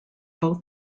both